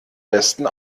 besten